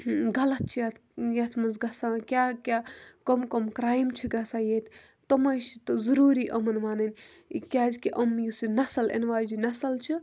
غلط چھِ یَتھ یَتھ منٛز گژھان کیٛاہ کیٛاہ کٕم کٕم کرٛایم چھِ گژھان ییٚتہِ تٕمَے چھِ تہٕ ضٔروٗری یِمَن وَنٕنۍ کیٛازِکہِ یِم یُس یہِ نَسٕل اِنہٕ واجٮ۪ن نَسٕل چھِ